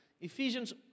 Ephesians